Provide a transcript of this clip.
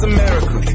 America